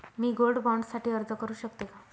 मी gold bond साठी अर्ज करु शकते का?